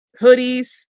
hoodies